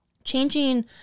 changing